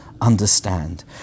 understand